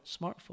smartphone